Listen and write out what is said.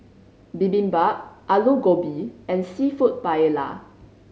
Bibimbap Alu Gobi and Seafood Paella